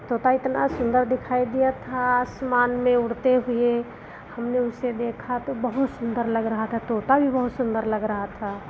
तोता इतना सुन्दर दिखाई दिया था आसमान में उड़ते हुए हमने उसे देखा तो बहुत सुन्दर लग रहा था तोता भी बहुत सुन्दर लग रहा था